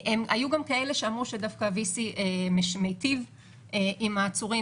היו גם כאלה שאמרו שדווקא ה-VC מיטיב עם העצורים,